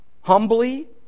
humbly